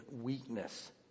weakness